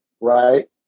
right